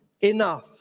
enough